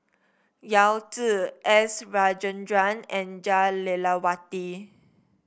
Yao Zi S Rajendran and Jah Lelawati